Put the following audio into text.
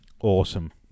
Awesome